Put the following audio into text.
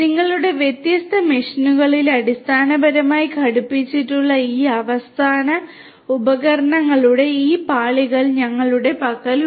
നിങ്ങളുടെ വ്യത്യസ്ത മെഷീനുകളിൽ അടിസ്ഥാനപരമായി ഘടിപ്പിച്ചിട്ടുള്ള ഈ അവസാന ഉപകരണങ്ങളുടെ ഈ പാളികൾ ഞങ്ങളുടെ പക്കലുണ്ട്